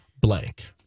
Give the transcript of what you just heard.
blank